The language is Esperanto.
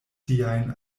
siajn